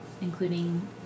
including